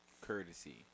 courtesy